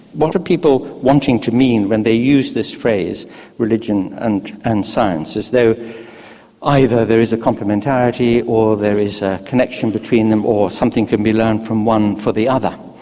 what are people wanting to mean when they use this phrase religion and and science as though either there is a complementarily or there is a connection between them, or something can be learned from one for the other.